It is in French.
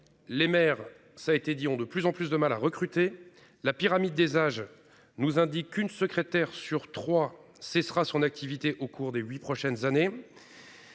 Les maires, ça a été dit-on de plus en plus de mal à recruter. La pyramide des âges nous indique une secrétaire sur 3 cessera son activité au cours des 8 prochaines années.